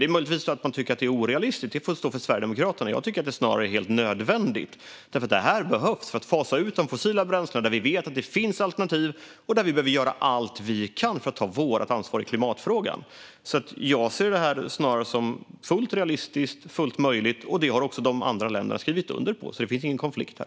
Tycker ledamoten att det är orealistiskt får det stå för Sverigedemokraterna. Jag tycker snarare att det är helt nödvändigt. Detta behövs för att fasa ut de fossila bränslena där vi vet att det finns alternativ och där vi behöver göra allt vi kan för att ta vårt ansvar i klimatfrågan. Jag ser detta snarare som fullt realistiskt och fullt möjligt, och det har också de andra länderna skrivit under på. Det finns alltså ingen konflikt här.